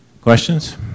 Questions